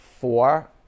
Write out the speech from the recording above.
four